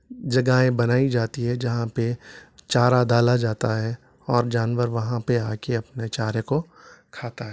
جگہیں بنائی جاتی ہیں جہاں پہ چارا ڈالا جاتا ہے اور جانور وہاں پہ آ کے اپنے چارے کو کھاتا ہے